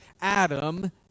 Adam